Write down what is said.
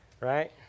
right